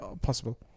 possible